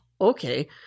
okay